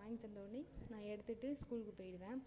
வாங்கி தந்தோன்னே நான் எடுத்துகிட்டு ஸ்கூலுக்கு போய்விடுவேன்